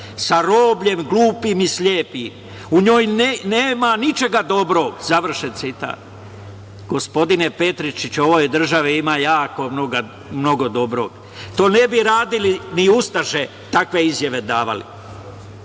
sa robljem glupim i slepim. „U njoj nema ničega dobrog“, završen citat. Gospodine Petričiću, u ovoj državi ima mnogo dobrog. To ne bi radile ni ustaše, takve izjave davali.